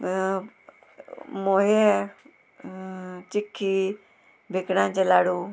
हें चिखी बिकणांचे लाडू